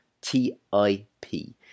T-I-P